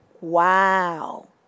Wow